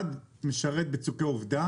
אחד משרת בצוקי עובדה